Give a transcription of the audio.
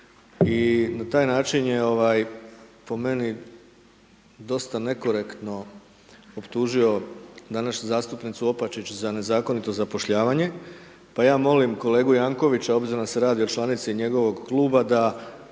i na taj način je po meni dosta nekorektno optužio današnju zastupnicu Opačić za nezakonito zapošljavanje, pa ja molim kolegu Jankovića, obzirom da se radi o članici njegovog kluba da